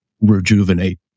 rejuvenate